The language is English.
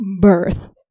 Birth